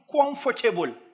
comfortable